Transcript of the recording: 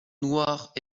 noires